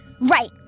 Right